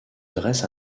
dresse